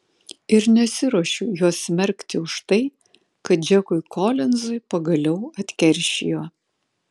ir nesiruošiu jos smerkti už tai kad džekui kolinzui pagaliau atkeršijo